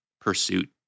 pursuit